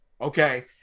Okay